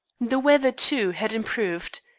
the weather, too, had improved.